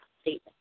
statement